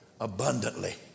abundantly